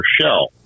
shell